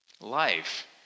Life